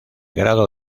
grado